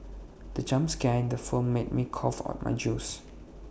the jump scare in the film made me cough out my juice